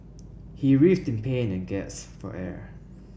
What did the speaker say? he writhed in pain and gasped for air